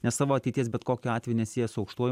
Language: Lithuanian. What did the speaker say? nes savo ateities bet kokiu atveju nesieja su aukštuoju